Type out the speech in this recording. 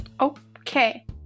Okay